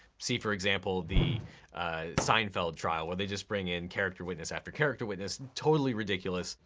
see, for example, the seinfeld trial, where they just bring in character witness after character witness totally ridiculous.